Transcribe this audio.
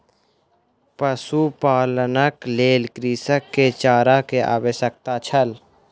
पशुपालनक लेल कृषक के चारा के आवश्यकता छल